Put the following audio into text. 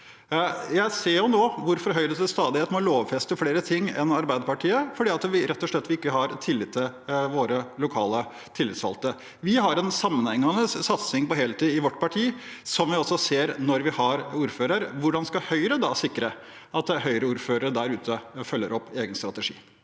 Jeg ser nå hvorfor Høyre til stadighet må lovfeste flere ting enn Arbeiderpartiet, man har rett og slett ikke tillit til våre lokalt tillitsvalgte. Vi har en sammenhengende satsing på heltid i vårt parti, som vi også ser når vi har ordførere. Hvordan skal Høyre sikre at Høyre-ordførere der ute følger opp egen strategi?